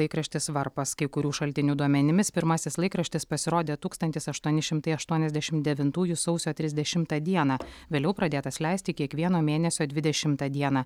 laikraštis varpas kai kurių šaltinių duomenimis pirmasis laikraštis pasirodė tūkstantis aštuoni šimtai aštuoniasdešim devintųjų sausio trisdešimą dieną vėliau pradėtas leisti kiekvieno mėnesio dvidešimą dieną